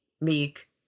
Meek